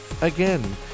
again